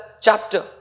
chapter